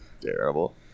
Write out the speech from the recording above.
terrible